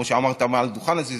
וכמו שאמרת מעל לדוכן הזה,